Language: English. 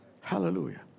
Hallelujah